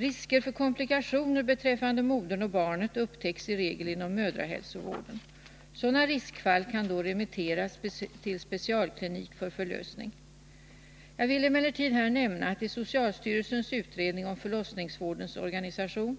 Risker för komplikationer beträffande modern och barnet upptäcks i regel inom mödrahälsovården. Sådana riskfall kan då remitteras till specialklinik för förlösning. Jag vill emellertid här nämna att i socialstyrelsens utredning om förlossningsvårdens organisation